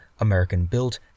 American-built